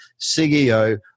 CEO